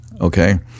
okay